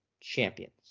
champions